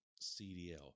CDL